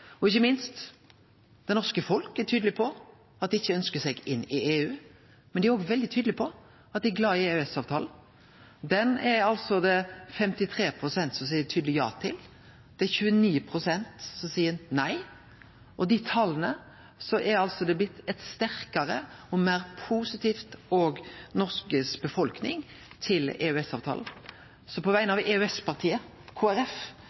det. Ikkje minst: Det norske folket er tydelege på at dei ikkje ønskjer seg inn i EU, men dei er òg veldig tydelege på at dei er glade i EØS-avtalen. Han er det altså 53 pst. som seier tydeleg ja til. Det er 29 pst. som seier nei. Dei tala er altså blitt sterkare, og den norske befolkninga er òg meir positiv til EØS-avtalen. Så på vegner